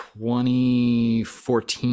2014